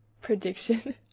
prediction